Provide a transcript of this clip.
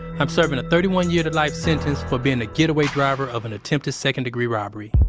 i'm serving a thirty one year to life sentence for being the getaway driver of an attempted second-degree robbery